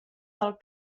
del